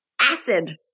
acid